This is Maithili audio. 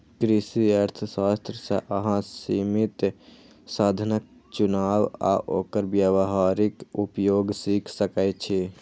कृषि अर्थशास्त्र सं अहां सीमित साधनक चुनाव आ ओकर व्यावहारिक उपयोग सीख सकै छी